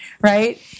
right